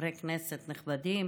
חברי כנסת נכבדים,